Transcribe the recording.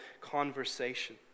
conversation